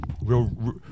Real